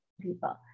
people